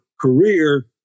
career